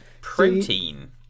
Protein